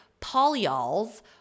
polyols